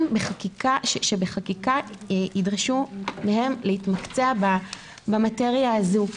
שבחקיקה ידרשו מהם להתמקצע במטריה הזאת.